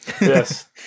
Yes